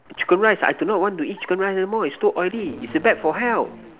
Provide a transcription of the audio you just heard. chicken rice I do not want to eat chicken rice anymore it's too oily it's bad for health